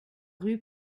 rue